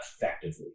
effectively